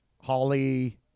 Holly